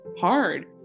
hard